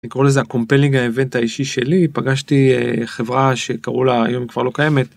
לקורא לזה הקומפיילינג האבנט האישי שלי פגשתי חברה... שקראו לה, היום כבר לא קיימת.